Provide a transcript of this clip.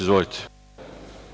Izvolite.